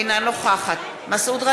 אינה נוכחת מסעוד גנאים,